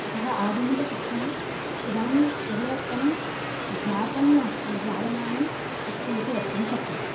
अतः आधुनिकशिक्षणे इदानीं परिवर्तनं जातं नास्ति जायमानम् अस्तीति वक्तुं शक्यते